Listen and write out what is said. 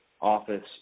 office